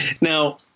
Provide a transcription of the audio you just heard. Now